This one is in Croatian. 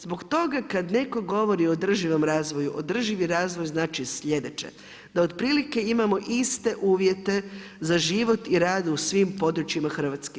Zbog toga kad netko govori o održivom razvoju održivi razvoj znači slijedeće, da otprilike imamo iste uvjete za život i rad u svim područjima Hrvatske.